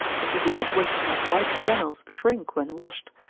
if you do not wish to have white flannels shrink when washed,